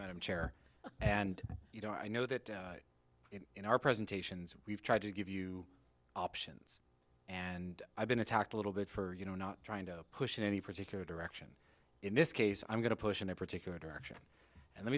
madam chair and you know i know that in our presentations we've tried to give you options and i've been attacked a little bit for you know not trying to push in any particular direction in this case i'm going to push in a particular direction and